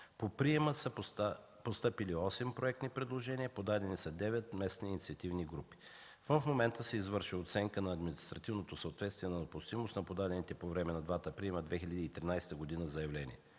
По приема са постъпили осем проектни предложения, подадени са девет местни инициативни групи. В момента се извършва оценка на административното съответствие на допустимост на подадените по време на двата приема в 2013 г. заявления.